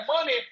money